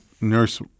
nurse